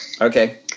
Okay